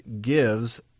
gives